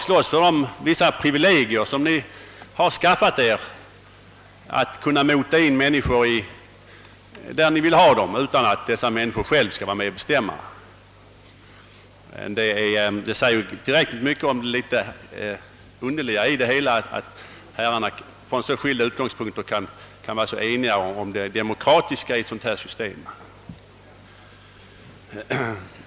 Ni slåss för vissa privilegier som ni har skaffat er, nämligen att kunna mota in människor där ni vill ha dem utan att de själva skall få bestämma. Det säger tillräckligt mycket om det underliga i det hela, att ni från så skilda utgångspunkter kan vara så eniga om det demokratiska i ett sådant system.